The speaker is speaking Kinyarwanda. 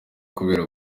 kubera